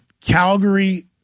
Calgary